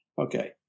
Okay